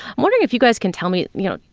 i'm wondering if you guys can tell me, you know,